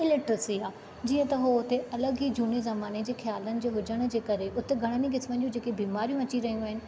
illiteracy आहे जीअं त हू हुते अलगि॒ ई झूने ज़माने जे ख़्यालनि जे हुजणु जे करे उते घणनि ही क़िस्मनि जूं जेकी बीमारियूं अची रहियूं आहिनि